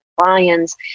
lions